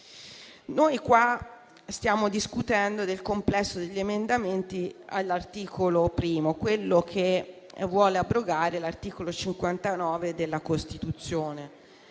Noi qua stiamo discutendo del complesso degli emendamenti all'articolo 1, quello che vuole abrogare l'articolo 59 della Costituzione,